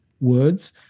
words